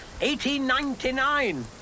1899